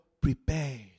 prepared